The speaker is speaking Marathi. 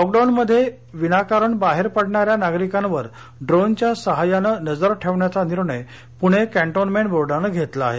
लॉकडाऊन मध्येही विनाकारण बाहेर पडणाऱ्या नागरिकांवर ड्रोनच्या सहाय्याने नजर ठेवण्याचा निर्णय पुणे कॅन्टोन्मेंट बोर्डाने घेतला आहे